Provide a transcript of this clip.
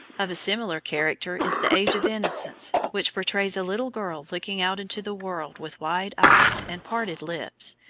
of a similar character is the age of innocence, which portrays a little girl looking out into the world with wide eyes and parted lips,